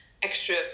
Extra